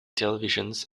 televisions